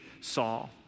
Saul